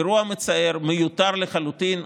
אירוע מצער, מיותר לחלוטין.